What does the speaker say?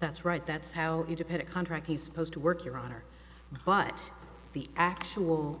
that's right that's how you to put a contract he's supposed to work your honor but the actual